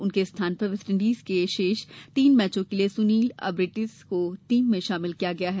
उनके स्थान पर वेस्टइंडीज के शेष तीन मैचों के लिए सुनील अम्ब्रीटस को टीम में शामिल किया गया है